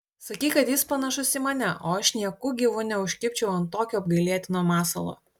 sakei kad jis panašus į mane o aš nieku gyvu neužkibčiau ant tokio apgailėtino masalo